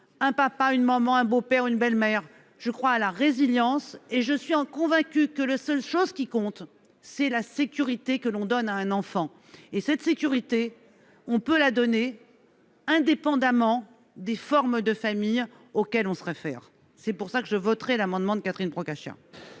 un papa et une maman, avec un beau-père et une belle-mère. Je crois à la résilience et je suis convaincue que la seule chose qui compte, c'est la sécurité que l'on donne à un enfant. Et cette sécurité, on peut la garantir indépendamment des formes de famille auxquelles on se réfère. C'est pourquoi je voterai l'amendement de Catherine Procaccia.